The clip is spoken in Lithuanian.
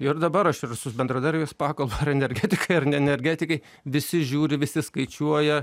ir dabar aš ir su bendradarbius pakalbu energetikai ar ne energetikai visi žiūri visi skaičiuoja